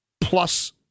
plus